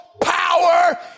Power